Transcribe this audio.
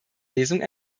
lesung